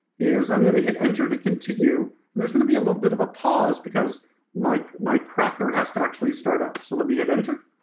is i'm going to hit enter to continue. and there's going to be a little bit of a pause because my my cracker has to actually start up, so let me hit enter.